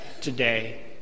today